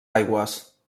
aigües